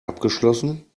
abgeschlossen